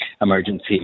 emergency